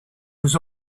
was